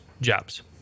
jobs